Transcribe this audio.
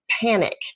panic